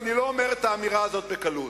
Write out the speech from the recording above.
ואני לא אומר את האמירה הזאת בקלות.